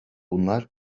bunlar